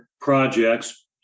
projects